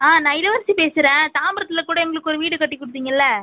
ஆ நான் இளவரசி பேசுகிறேன் தாம்பரத்தில கூட எங்களுக்கு ஒரு வீடு கட்டி கொடுத்திங்கள்ள